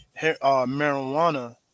marijuana